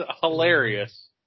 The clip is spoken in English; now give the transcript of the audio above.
hilarious